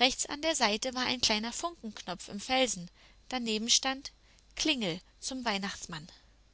rechts an der seite war ein kleiner funkenknopf im felsen daneben stand klingel zum weihnachtsmann